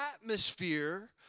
atmosphere